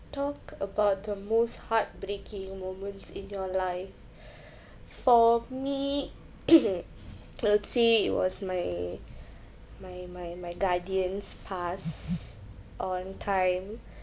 talk about the most heartbreaking moments in your life for me I would say it was my my my my guardians passed on time